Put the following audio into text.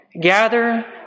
gather